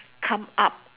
come up